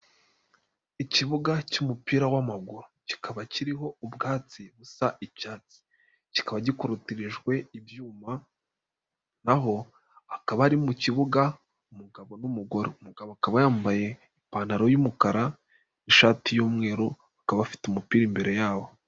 Ikibuga cy'umupira w'amaguru kikaba kiriho ubwatsi busa icyatsi, kikaba gikurutirijwe ibyuma, na ho hakaba ari mu kibuga umugabo n' umugabo akaba yambaye ipantaro y'umukara n'ishati y'umweru, akaba afite umupira imbere yawo.